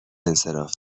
انصراف